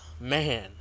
Man